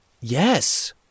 Yes